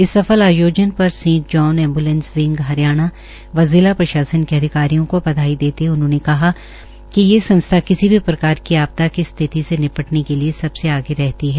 इस सफल आयोजन पर Saint John Ambulance wing Haryana व जिला प्रशासन के अधिकारियों को बधाई देते हए उन्होंने कहा कि यह संस्था किसी भी प्रकार की आपदा की स्थिति से निपटने के लिए सबसे आगे रहती है